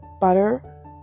butter